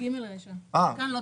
(ג) רישה, כאן לא צריך.